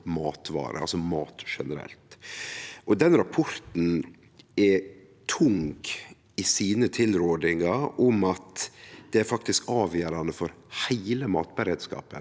matvarer, altså mat generelt. Den rapporten er tung i sine tilrådingar om at det faktisk er avgjerande for heile matberedskapen